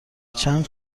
چند